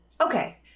okay